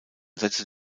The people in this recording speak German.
sätze